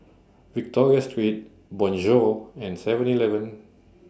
Victoria Secret Bonjour and Seven Eleven